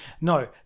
no